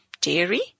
dairy